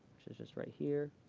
which is just right here.